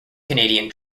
canadian